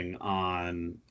on